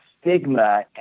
stigma